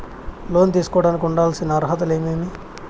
లోను తీసుకోడానికి ఉండాల్సిన అర్హతలు ఏమేమి?